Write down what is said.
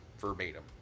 verbatim